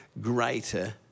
greater